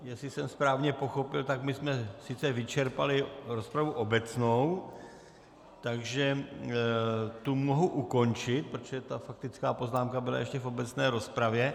Jestli jsem správně pochopil, tak my jsme sice vyčerpali rozpravu obecnou, takže to mohu ukončit, protože ta faktická poznámka byla ještě v obecné rozpravě.